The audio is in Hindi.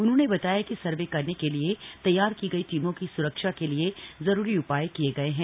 उन्होंने बताया कि सर्वे करने के लिए तैयार की गई टीमों की स्रक्षा के लिए जरूरी उपाय किये गए हैं